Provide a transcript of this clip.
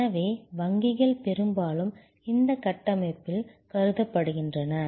எனவே வங்கிகள் பெரும்பாலும் இந்த கட்டமைப்பில் கருதப்படுகின்றன